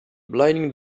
blinding